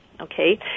Okay